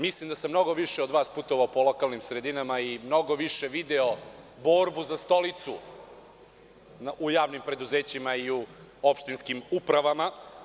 Mislim da sam mnogo više od vas putovao po lokalnim sredinama i mnogo više video borbu za stolicu u javnim preduzećima i u opštinskim upravama.